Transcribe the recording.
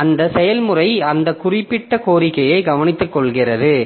அந்த செயல்முறை அந்த குறிப்பிட்ட கோரிக்கையை கவனித்துக்கொள்கிறது